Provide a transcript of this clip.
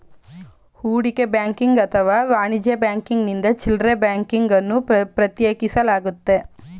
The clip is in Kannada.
ಹೂಡಿಕೆ ಬ್ಯಾಂಕಿಂಗ್ ಅಥವಾ ವಾಣಿಜ್ಯ ಬ್ಯಾಂಕಿಂಗ್ನಿಂದ ಚಿಲ್ಡ್ರೆ ಬ್ಯಾಂಕಿಂಗ್ ಅನ್ನು ಪ್ರತ್ಯೇಕಿಸಲಾಗುತ್ತೆ